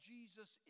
Jesus